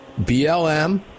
BLM